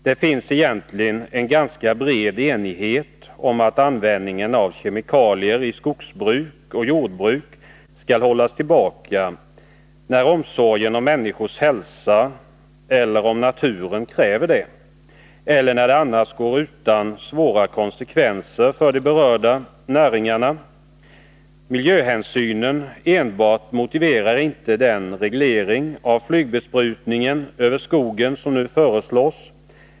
Det finns egentligen en ganska bred enighet om att användningen av kemikalier i skogsbruk och jordbruk skall hållas tillbaka, när omsorgen om människors hälsa eller om naturen kräver det, eller när det annars går utan svåra konsekvenser för de berörda näringarna. Enbart miljöhänsyn motiverar inte den reglering av flygbesprutningen över skogen som nu föreslås.